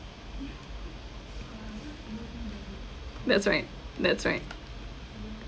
that's right that's right